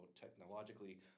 technologically